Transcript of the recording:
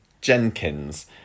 Jenkins